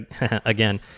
again